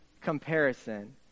comparison